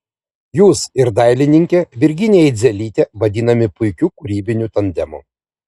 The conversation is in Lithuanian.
jūs ir dailininkė virginija idzelytė vadinami puikiu kūrybiniu tandemu